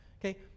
Okay